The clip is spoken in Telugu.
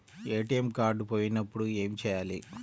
ఏ.టీ.ఎం కార్డు పోయినప్పుడు ఏమి చేయాలి?